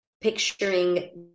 picturing